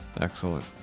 Excellent